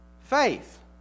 faith